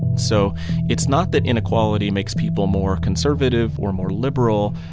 so it's not that inequality makes people more conservative or more liberal